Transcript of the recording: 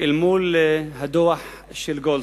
אל מול הדוח של גולדסטון.